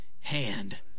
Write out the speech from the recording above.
hand